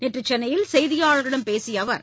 ற்றுசென்னையில் செய்தியாளர்களிடம் பேசியஅவர்